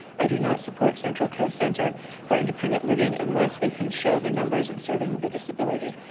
i do not support central coast center for independent living unless they can show the numbers in serving the disability,